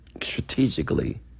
strategically